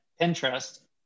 Pinterest